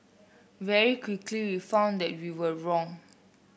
very quickly we found that we were wrong